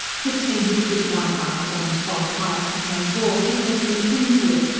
fixing his fish-like eyes on a spot high up the tent wall, he kept them pinned to it,